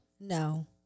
No